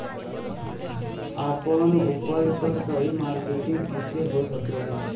आपन उपज क सही मार्केटिंग कइसे हो सकेला?